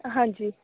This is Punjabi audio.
ਹਾਂਜੀ